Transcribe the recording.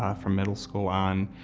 ah from middle school on.